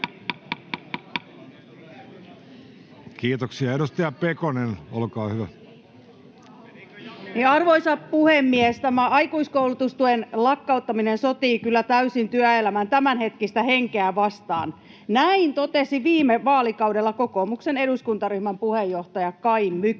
Kiitoksia. — Edustaja Pekonen, olkaa hyvä. Arvoisa puhemies! Tämä aikuiskoulutustuen lakkauttaminen sotii kyllä täysin työelämän tämänhetkistä henkeä vastaan. Näin totesi viime vaalikaudella kokoomuksen eduskuntaryhmän puheenjohtaja Kai Mykkänen,